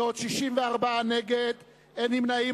64 נגד, אין נמנעים.